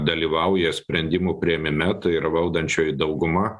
dalyvauja sprendimų priėmime tai yra valdančioji dauguma